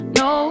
no